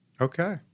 Okay